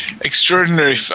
Extraordinary